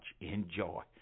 enjoy